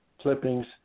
clippings